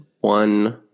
one